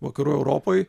vakarų europoj